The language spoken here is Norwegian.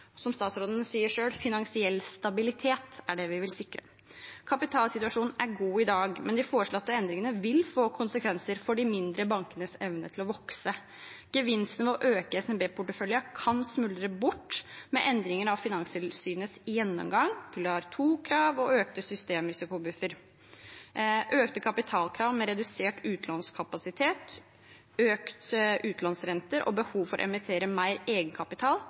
Som statsråden sier selv: Finansiell stabilitet er det vi vil sikre. Kapitalsituasjonen er god i dag, men de foreslåtte endringene vil få konsekvenser for de mindre bankenes evne til å vokse. Gevinsten ved å øke SMB-porteføljen kan smuldre bort med endringene av Finanstilsynets gjennomgang – pilar 2-krav og økte systemrisikobuffere, økte kapitalkrav med redusert utlånskapasitet, økte utlånsrenter og behov for å emittere mer egenkapital